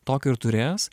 tokį ir turės